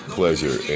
pleasure